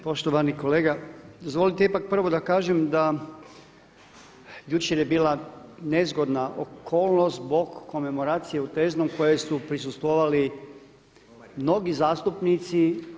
Poštovani kolega dozvolite ipak prvo da kažem da jučer je bila nezgodna okolnost zbog komemoracije u Teznom kojoj su prisustvovali mnogi zastupnici.